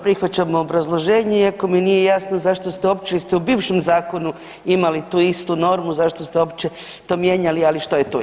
Prihvaćamo obrazloženje iako mi nije jasno zašto ste uopće isto u bivšem zakonu imali tu istu normu, zašto ste uopće to mijenjali, ali što je tu je.